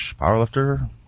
powerlifter